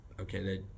okay